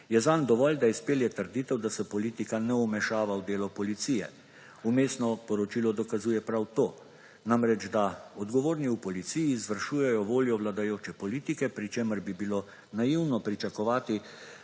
je zanj dovolj, da izpelje trditev, da se politika ne vmešava v delo policije. Vmesno poročilo dokazuje prav to, namreč da odgovorni v policiji izvršujejo voljo vladajoče politike, pri čemer bi bilo naivno pričakovati,